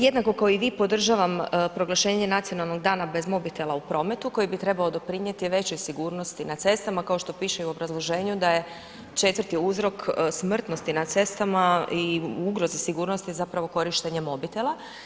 Jednako kao i vi podržavam proglašenje Nacionalnog dana bez mobitela u prometu koji bi trebao doprinijeti većoj sigurnosti na cestama kao što piše i u obrazloženju da je 4. uzrok smrtnosti na cestama i ugrozi sigurnosti korištenje mobitela.